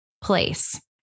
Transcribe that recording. place